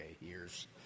Years